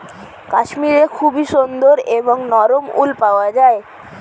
কাশ্মীরে খুবই সুন্দর এবং নরম উল পাওয়া যায়